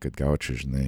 kad gaučiau žinai